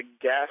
gas